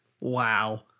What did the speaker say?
Wow